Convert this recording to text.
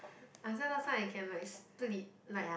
uh so last time I can split like